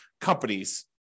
companies